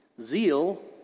zeal